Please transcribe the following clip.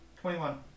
Twenty-one